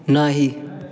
नहि